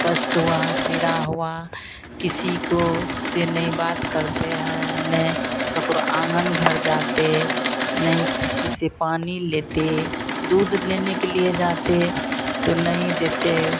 कष्ट हुआ पीड़ा हुई किसी को से नहीं बात करते है नहीं ठकुर आँगन घर जाते नहीं किसी से पानी लेते दूध लेने के लिए जाते तो नहीं देते